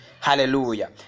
Hallelujah